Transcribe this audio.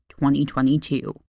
2022